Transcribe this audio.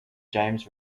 james